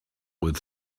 with